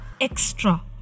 extra